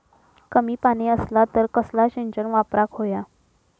कमी पाणी असला तर कसला सिंचन वापराक होया?